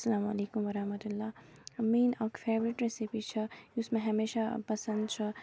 اسلام عليكم ورحمة الله میٲنۍ اَکھ فیورِٹ ریسِپی چھےٚ یُس مےٚ ہمیشہِ پسند چھےٚ